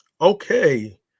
okay